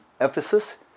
Ephesus